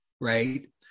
right